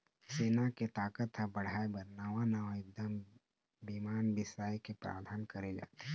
सेना के ताकत ल बढ़ाय बर नवा नवा युद्धक बिमान बिसाए के प्रावधान करे जाथे